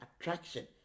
attraction